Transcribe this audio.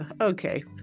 okay